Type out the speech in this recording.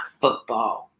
Football